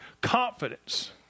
confidence